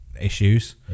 issues